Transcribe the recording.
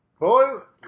boys